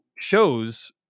shows